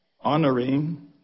honoring